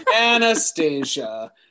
anastasia